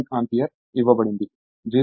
8 logging power factor